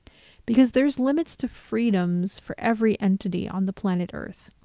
because there's limits to freedoms for every entity on the planet earth.